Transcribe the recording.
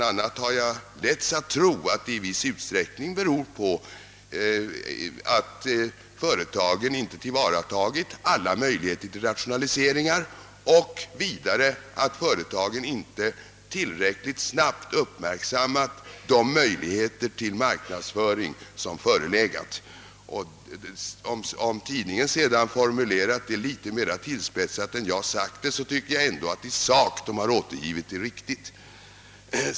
a. har jag fått uppfattningen att nedläggelserna i viss utsträckning beror på att företagen inte tillvaratagit alla möiligheter till rationaliseringar och vidare att företagen inte tillräckligt snabbt uppmärksammat de möjligheter till marknadsföring som förelegat. Om tidningen sedan formuilerat detta litet mer tillspetsat, tycker jag ändå att man i sak återgivit uttalandet riktigt.